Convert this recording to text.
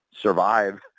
survive